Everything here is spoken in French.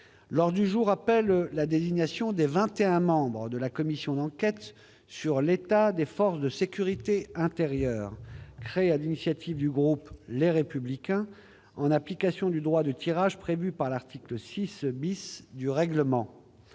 L'ordre du jour appelle la désignation des vingt et un membres de la commission d'enquête sur l'état des forces de sécurité intérieure, créée sur l'initiative du groupe Les Républicains, en application du droit de tirage prévu par l'article 6 du règlement.